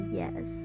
yes